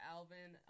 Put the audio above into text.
Alvin